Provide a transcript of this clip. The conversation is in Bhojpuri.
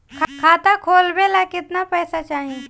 खाता खोलबे ला कितना पैसा चाही?